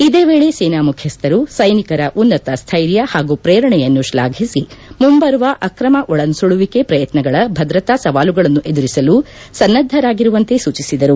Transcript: ಇದೇ ವೇಳೆ ಸೇನಾ ಮುಖ್ಯಸ್ತರು ಸ್ಸೆನಿಕರ ಉನ್ನತ ಸ್ಸೆರ್ಯ ಹಾಗೂ ಪ್ರೇರಣೆಯನ್ನು ಶ್ಲಾಘಿಸಿ ಮುಂಬರುವ ಆಕ್ಷಮ ಒಳನುಸುಳುವಿಕೆ ಪ್ರಯತ್ಯಗಳ ಭದ್ರತಾ ಸವಾಲುಗಳನ್ನು ಎದುರಿಸಲು ಸನ್ನಧರಾಗಿರುವಂತೆ ಸೂಚಿಸಿದರು